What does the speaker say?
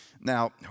Now